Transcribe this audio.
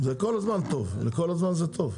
זה כל הזמן טוב, לכל הזמן זה טוב.